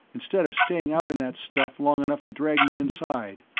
instead of staying out in that stuff long enough to drag me inside.